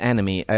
Enemy